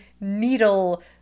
needle